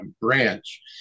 branch